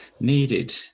needed